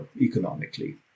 economically